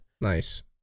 Nice